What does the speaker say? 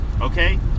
Okay